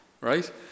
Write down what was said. right